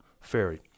ferry